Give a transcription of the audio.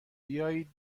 بیایید